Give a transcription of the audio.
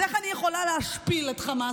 אז איך אני יכולה להשפיל את חמאס?